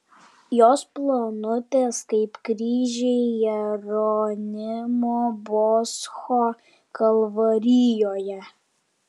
jos plonutės kaip kryžiai jeronimo boscho kalvarijoje